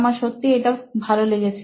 আমার সত্যিই এটা খুব ভালো লেগেছে